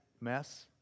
mess